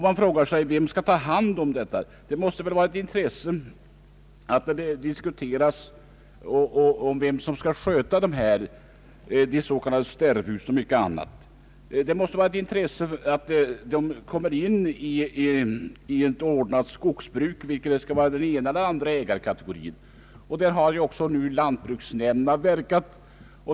Man frågar sig: Vem skall ta hand om dessa? Det måste väl vara ett intresse att diskutera vem som skall sköta dem. Det måste vara ett intresse att marken kommer in i ett ordnat skogsbruk, vare sig det är den ena eller den andra ägarkategorin. Där har ju också lantbruksnämnderna verkat.